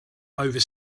over